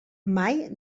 mai